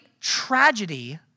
tragedy